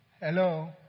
Hello